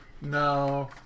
No